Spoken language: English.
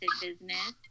business